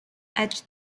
edge